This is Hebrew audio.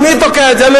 אבל מי תוקע את זה?